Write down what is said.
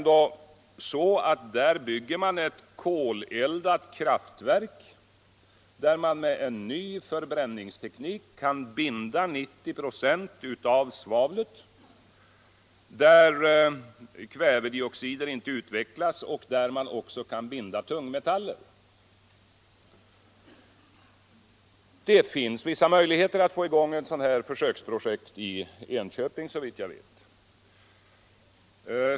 Där byggs ett koleldat kraftverk, där man med en ny förbränningsteknik kan binda 90 96 av svavlet, där kvävedioxider inte utvecklas och där man också kan binda tungmetaller. Det finns vissa möjligheter att få i gång ett sådant försöksprojekt i Enköping, såvitt jag vet.